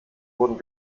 wurden